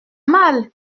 mal